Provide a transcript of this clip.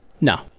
No